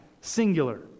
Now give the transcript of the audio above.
singular